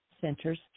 centers